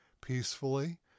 peacefully